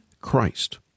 Christ